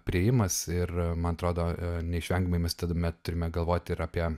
priėjimas ir man atrodo neišvengiamai mes tu mes turime galvoti ir apie